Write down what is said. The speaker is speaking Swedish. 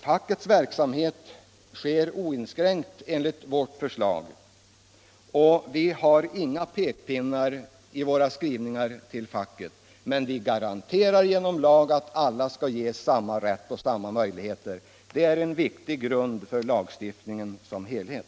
Fackets verksamhet blir oinskränkt enligt vårt förslag, och vi har inga pekpinnar till facket i våra skrivningar. Men vi garanterar genom lag att alla skall få samma rätt och samma möjligheter. Det är en viktig grund för lagstiftning som helhet.